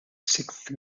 sixth